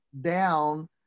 down